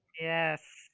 Yes